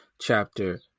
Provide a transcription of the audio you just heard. chapter